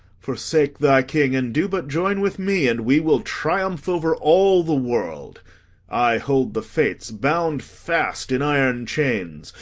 forsake thy king, and do but join with me, and we will triumph over all the world i hold the fates bound fast in iron chains,